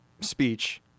speech